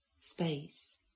space